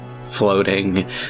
floating